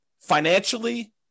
financially